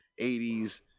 80s